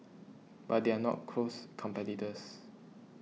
but they are not close competitors